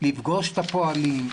נפגוש את הפועלים,